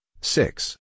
six